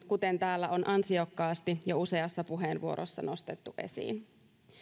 kuten täällä on ansiokkaasti jo useassa puheenvuorossa nostettu esiin